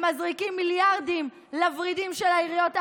הם מזריקים מיליארדים לוורידים של העיריות הערביות,